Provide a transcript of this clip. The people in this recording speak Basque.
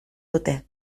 dute